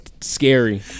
scary